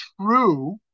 true